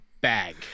bag